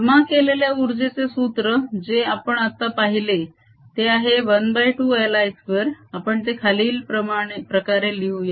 जमा केलेल्या उर्जेचे सूत्र जे आपण आता पाहिले ते आहे 12LI2 आपण ते खालील प्रकारे लिहू या